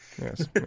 Yes